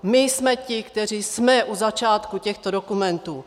My jsme ti, kteří jsme u začátku těchto dokumentů.